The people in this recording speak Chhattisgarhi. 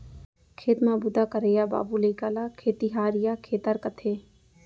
खेत म बूता करइया बाबू लइका ल खेतिहार या खेतर कथें